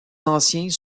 anciens